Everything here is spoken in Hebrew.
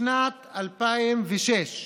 בשנת 2006,